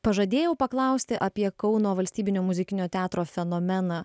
pažadėjau paklausti apie kauno valstybinio muzikinio teatro fenomeną